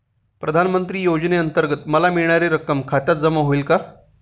प्रधानमंत्री योजनेअंतर्गत मला मिळणारी रक्कम खात्यात जमा होईल का?